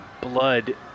blood